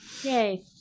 Yay